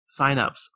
signups